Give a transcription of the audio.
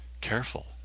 Careful